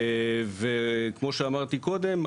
כמו שאמרתי קודם,